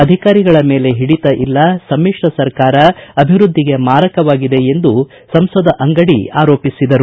ಅಧಿಕಾರಿಗಳ ಮೇಲೆ ಹಿಡಿತ ಇಲ್ಲ ಸಮಿಶ್ರ ಸರ್ಕಾರ ಅಭಿವೃದ್ಧಿಗೆ ಮಾರಕವಾಗಿದೆ ಎಂದು ಸಂಸದ ಅಂಗಡಿ ಆರೋಪಿಸಿದರು